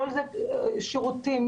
שירותים,